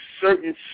certain